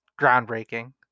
groundbreaking